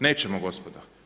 Nećemo gospodo.